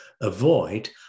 avoid